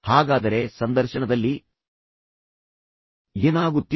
ಹಾಗಾದರೆ ಸಂದರ್ಶನದಲ್ಲಿ ಏನಾಗುತ್ತಿದೆ